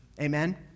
Amen